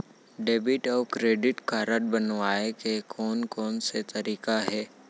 Debit अऊ credit card बनवाए के कोन कोन से तरीका हे?